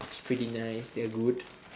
it's pretty nice they are good